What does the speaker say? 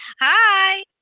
Hi